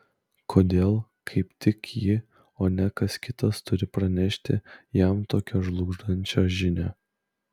kodėl kaip tik ji o ne kas kitas turi pranešti jam tokią žlugdančią žinią